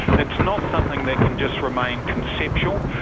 it's not something that can just remain conceptual,